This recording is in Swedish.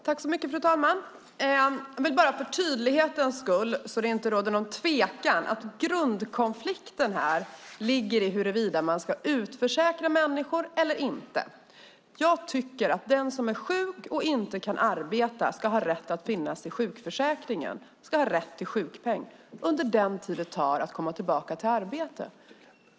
Fru talman! Jag vill säga följande för tydlighetens skull så att det inte råder någon tvekan. Grundkonflikten här ligger i huruvida man ska utförsäkra människor eller inte. Jag tycker att den som är sjuk och inte kan arbeta ska ha rätt att finnas i sjukförsäkringen och ska ha rätt till sjukpenning under den tid det tar att komma tillbaka till arbete.